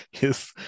yes